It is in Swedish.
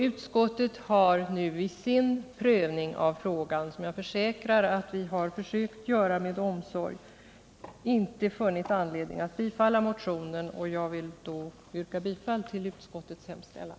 Utskottet har nu i sin prövning av frågan, som jag försäkrar att vi har försökt göra med omsorg, inte funnit anledning tillstyrka motionen. Jag vill därför yrka bifall till utskottets hemställan.